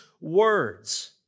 words